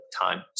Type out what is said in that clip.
time